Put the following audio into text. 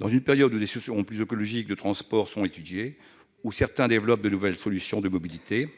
Au moment où des solutions plus écologiques en matière de transport sont étudiées, où certains développent de nouveaux projets de mobilité